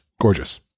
Gorgeous